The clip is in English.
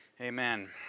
Amen